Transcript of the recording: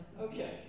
Okay